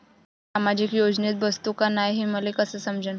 मी सामाजिक योजनेत बसतो का नाय, हे मले कस समजन?